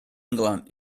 england